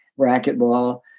racquetball